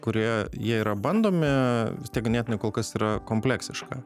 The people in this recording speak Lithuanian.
kurioje jie yra bandomi vis tiek ganėtinai kol kas yra kompleksiška